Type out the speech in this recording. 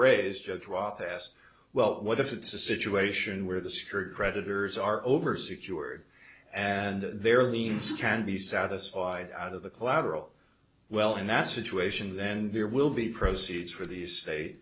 watt asked well what if it's a situation where the security creditors are over secured and their liens can be satisfied out of the collateral well in that situation then there will be proceeds for the